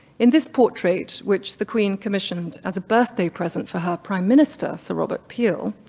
in this portrait, which the queen commissioned as a birthday present for her prime minister, sir robert peel,